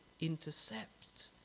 intercept